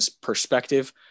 perspective